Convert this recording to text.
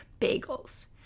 bagels